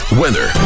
weather